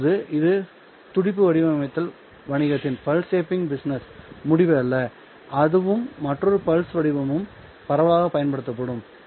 இப்போது இது துடிப்பு வடிவமைத்தல் வணிகத்தின் முடிவு அல்ல அதுவும் மற்றொரு பல்ஸ் வடிவமும் பரவலாக பயன்படுத்தப்படும்